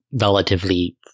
relatively